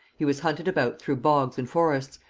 he was hunted about through bogs and forests,